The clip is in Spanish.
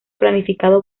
planificado